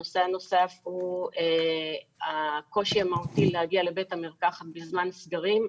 נושא נוסף הוא הקושי המהותי להגיע לבית המרקחת בזמן סגרים.